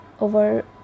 over